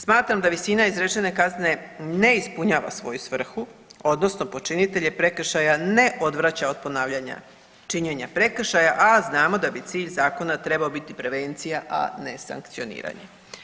Smatram da visina izrečene kazne ne ispunjava svoju svrhu, odnosno počinitelj prekršaja ne odvraća od ponavljanja činjenja prekršaja, a znamo da bi cilj zakona trebao biti prevencija a ne sankcioniranje.